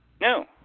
No